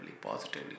positively